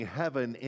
heaven